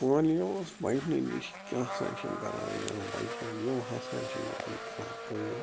پولِیووس بچنہٕ نِش کیاہ ہسا چھِ یِم کران یِمن بچن یِم ہسا چھِ یِمن کران کٲم